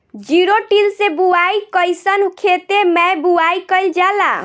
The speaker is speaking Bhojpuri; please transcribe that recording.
जिरो टिल से बुआई कयिसन खेते मै बुआई कयिल जाला?